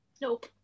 Nope